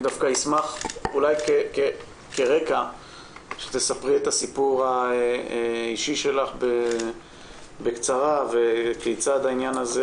אני אשמח שכרקע תספרי את הסיפור האישי שלך בקצרה וכיצד העניין הזה